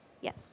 Yes